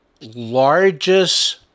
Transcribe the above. largest